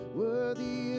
worthy